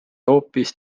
hoopis